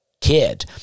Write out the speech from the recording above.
kid